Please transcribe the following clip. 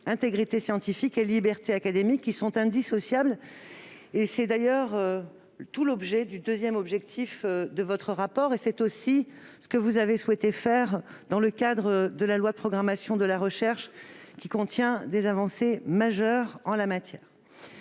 l'intégrité scientifique et la liberté académique, qui sont indissociables. C'est tout l'objet du deuxième objectif de votre rapport et c'est aussi ce que vous avez souhaité faire dans le cadre de la loi de programmation de la recherche, qui contient des avancées majeures en la matière.